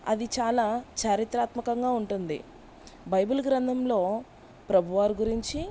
అది చాలా చారిత్రాత్మకంగా ఉంటుంది బైబిల్ గ్రంథంలో ప్రభువారు గురించి